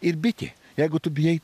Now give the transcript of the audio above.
ir bitė jeigu tu bijai